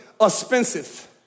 expensive